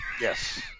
yes